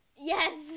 Yes